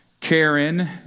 Karen